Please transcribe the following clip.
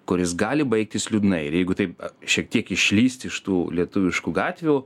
kuris gali baigtis liūdnai ir jeigu taip šiek tiek išlįst iš tų lietuviškų gatvių